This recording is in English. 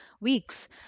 weeks